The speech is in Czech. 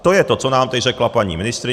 To je to, co nám teď řekla paní ministryně.